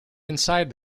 inside